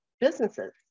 businesses